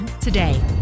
today